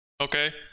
Okay